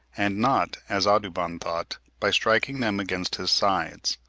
and not, as audubon thought, by striking them against his sides.